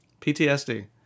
PTSD